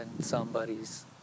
somebody's